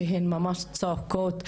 כשהן צועקות,